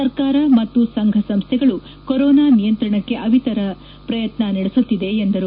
ಸರ್ಕಾರ ಮತ್ತು ಸಂಘ ಸಂಸ್ಥೆಗಳು ಕೊರೋನಾ ನಿಯಂತ್ರಣಕ್ಕೆ ಅವಿತರ ಪ್ರಯತ್ನ ನಡೆಸುತ್ತಿದೆ ಎಂದರು